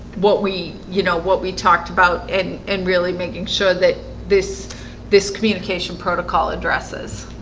what we you know what we talked about and and really making sure that this this communication protocol addresses